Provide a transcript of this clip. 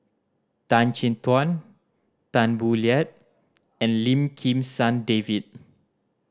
Tan Chin Tuan Tan Boo Liat and Lim Kim San David